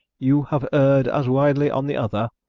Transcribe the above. you have err'd as widely on the other.